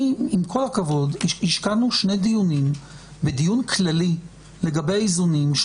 עם כל הכבוד, השקענו שני דיונים לגבי איזונים.